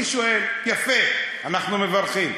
יפה, אנחנו מברכים.